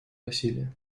насилия